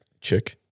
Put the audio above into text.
Chick